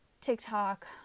TikTok